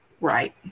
Right